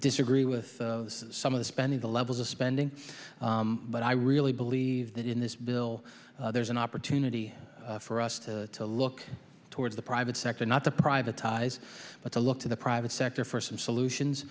disagree with some of the spending the levels of spending but i really believe that in this bill there's an opportunity for us to look towards the private sector not to privatized but to look to the private sector for solutions